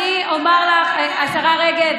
השרה רגב,